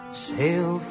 sail